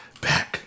back